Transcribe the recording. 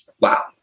wow